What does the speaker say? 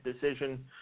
decision